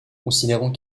considérant